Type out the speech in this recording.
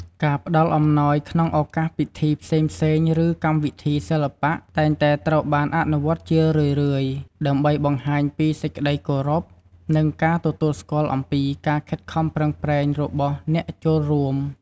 ការផ្តល់អំណោយក្នុងឱកាសពិធីផ្សេងៗ ឬកម្មវិធីសិល្បៈ តែងតែត្រូវបានអនុវត្តជារឿយៗ ដើម្បីបង្ហាញពីសេចក្ដីគោរព និងការទទួលស្គាល់អំពីការខិតខំប្រឹងប្រែងរបស់អ្នកចូលរួម។